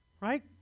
right